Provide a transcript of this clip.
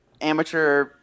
amateur